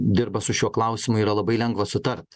dirba su šiuo klausimu yra labai lengva sutart